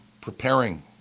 preparing